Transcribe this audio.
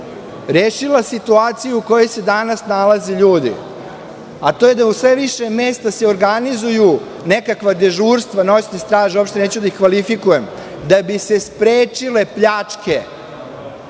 rešila situaciju u kojoj se danas nalaze ljudi, a to je da u sve više mesta se organizuju nekakva dežurstva, noćni staž, uopšte neću da ih kvalifikujem, da bi se sprečile pljačke